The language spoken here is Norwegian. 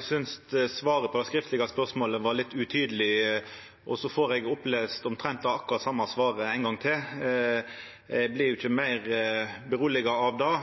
synest svaret på det skriftlege spørsmålet var litt utydeleg, og så får eg lese opp omtrent akkurat det same svaret ein gong til. Eg blir jo ikkje rolegare av det,